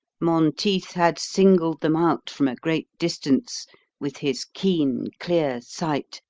monteith had singled them out from a great distance with his keen, clear sight,